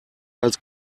als